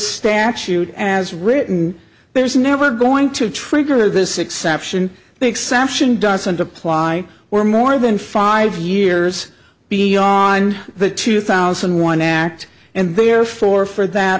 statute as written there's never going to trigger this exception the exception doesn't apply were more than five years beyond the two thousand one act and therefore for that